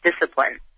Discipline